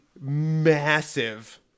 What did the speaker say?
massive